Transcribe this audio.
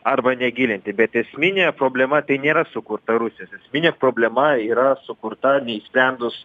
arba negilinti bet esminė problema tai nėra sukurta rusijos esminė problema yra sukurta neišspręndus